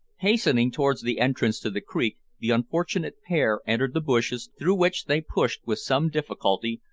hastening towards the entrance to the creek, the unfortunate pair entered the bushes, through which they pushed with some difficulty,